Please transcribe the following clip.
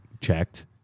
checked